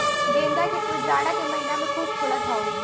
गेंदा के फूल जाड़ा के महिना में खूब फुलत हौ